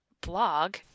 blog